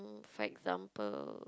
for example